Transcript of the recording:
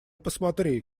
посмотри